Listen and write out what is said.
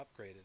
upgraded